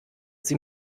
sie